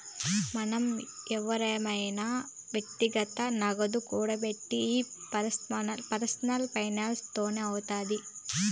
మనం ఎవురమైన వ్యక్తిగతంగా నగదు కూడబెట్టిది ఈ పర్సనల్ ఫైనాన్స్ తోనే అవుతాది